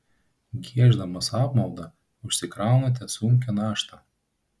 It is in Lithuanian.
gieždamas apmaudą užsikraunate sunkią naštą